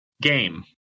game